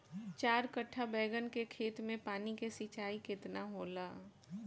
चार कट्ठा बैंगन के खेत में पानी के सिंचाई केतना होला?